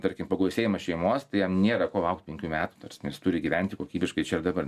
tarkim pagausėjimas šeimos tai jam nėra ko laukt penkių metų ta prasme jis turi gyventi kokybiškai čia ir dabar